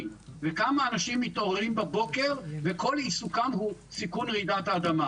וכמה אנשים מתעוררים בבוקר וכל עיסוקם הוא סיכון רעידת אדמה.